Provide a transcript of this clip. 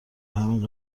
همین